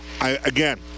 Again